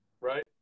right